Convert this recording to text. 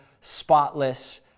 spotless